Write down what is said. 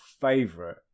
favorite